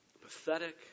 pathetic